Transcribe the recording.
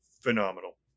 Phenomenal